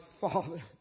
Father